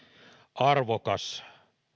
arvokas